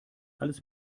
alles